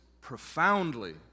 profoundly